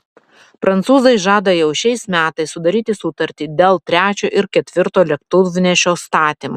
prancūzai žada jau šiais metais sudaryti sutartį dėl trečio ir ketvirto lėktuvnešio statymo